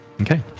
Okay